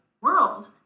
world